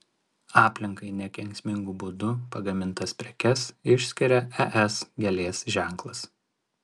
aplinkai nekenksmingu būdu pagamintas prekes išskiria es gėlės ženklas